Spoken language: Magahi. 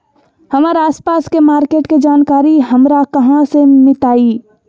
हमर आसपास के मार्किट के जानकारी हमरा कहाँ से मिताई?